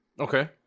Okay